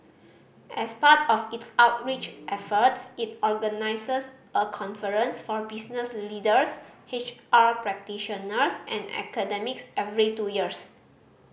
as part of its outreach efforts it organises a conference for business leaders H R practitioners and academics every two years